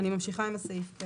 אני ממשיכה עם הסעיף.